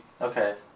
okay